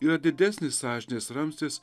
yra didesnis sąžinės ramstis